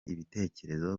ibitekerezo